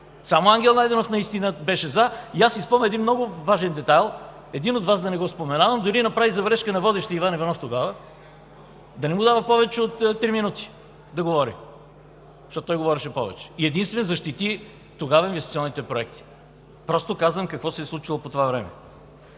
Само Ангел Найденов беше наистина „за“ и аз си спомням един много важен детайл – един от Вас, да не го споменавам, дори направи забележка на водещия Иван Иванов тогава – да не му дава да говори повече от 3 минути, защото той говореше повече и единствен защити тогава инвестиционните проекти. Просто казвам какво се е случило по това време.